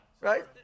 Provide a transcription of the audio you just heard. Right